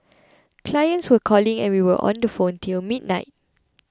clients were calling and we were on the phone till midnight